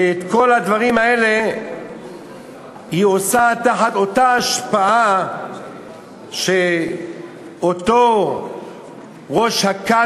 ואת כל הדברים האלה היא עושה תחת אותה השפעה שאותו ראש הכת,